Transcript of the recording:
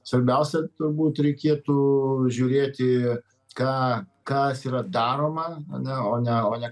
svarbiausia turbūt reikėtų žiūrėti ką kas yra daroma ane o ne o ne